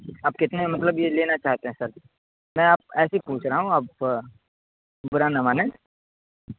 آپ کتنے مطلب یہ لینا چاہتے ہیں سر میں آپ ایسے ہی پوچھ رہا ہوں آپ برا نہ مانیں